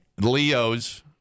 Leo's